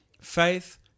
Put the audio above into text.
faith